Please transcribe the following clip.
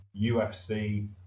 UFC